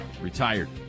retired